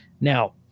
Now